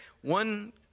one